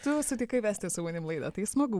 tu sutikai vesti su manim laidą tai smagu